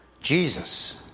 Jesus